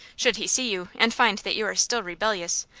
should he see you, and find that you are still rebellious,